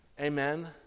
amen